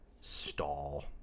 stall